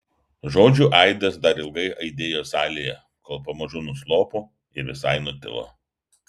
žodžių aidas dar ilgai aidėjo salėje kol pamažu nuslopo ir visai nutilo